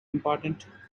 important